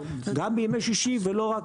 גם בימי שישי ולא רק.